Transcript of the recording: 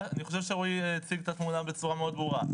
אני חושב שרועי הציג את התמונה בצורה מאוד ברורה.